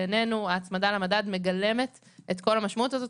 בעינינו ההצמדה למדד מגלמת את כל המשמעות הזאת.